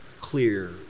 clear